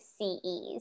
CEs